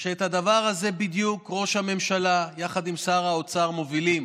שאת הדבר הזה בדיוק ראש הממשלה יחד עם שר האוצר מובילים